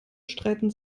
streiten